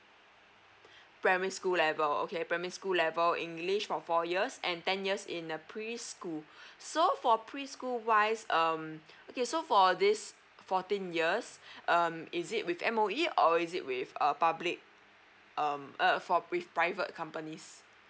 primary school level okay primary school level english for four years and ten years in preschool so for preschool wise um okay so for this fourteen years um is it with M_O_E or is it with a public um err for brief private companies